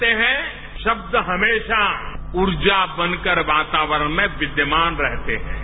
कहते हैं शब्द हमेशा ऊर्जा बनकर वातावरण में विद्यमान रहते हैं